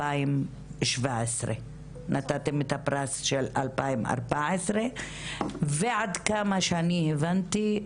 בשנת 2017 נתתם את הפרס של שנת 2014. עד כמה שאני הבנתי,